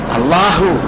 Allahu